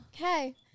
Okay